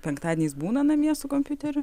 penktadieniais būna namie su kompiuteriu